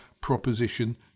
proposition